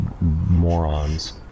morons